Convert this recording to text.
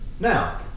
Now